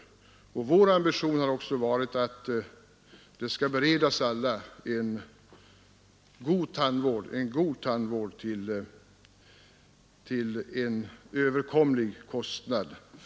Vår ambition har vidare varit att var och en som har behov av och söker en god tandvård skall beredas sådan till överkomlig kostnad.